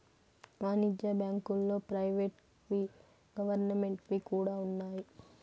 వాణిజ్య బ్యాంకుల్లో ప్రైవేట్ వి గవర్నమెంట్ వి కూడా ఉన్నాయి